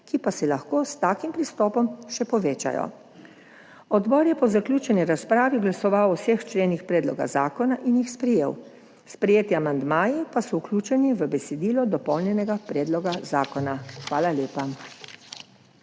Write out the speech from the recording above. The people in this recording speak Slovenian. te pa se lahko s takim pristopom še povečajo. Odbor je po zaključeni razpravi glasoval o vseh členih predloga zakona in jih sprejel. Sprejeti amandmaji pa so vključeni v besedilo dopolnjenega predloga zakona. Hvala lepa.